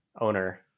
owner